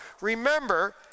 Remember